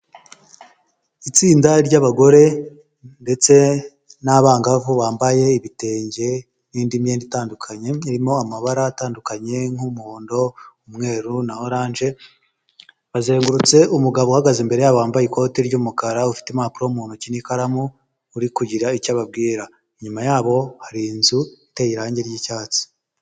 Itsinda ry'abagore ndetse n'abangavu bambaye ibitenge n'indi myenda itandukanye, irimo amabara atandukanye, nk'umuhondo, umweru na oranje, bazengurutse umugabo uhagaze imbere yabo wambaye ikote ry'umukara, ufite impapuro mu ntoki n'ikaramu, uri kugira icyo ababwira, inyuma yabo hari inzu iteye irangi ry'icyatsi.